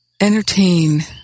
entertain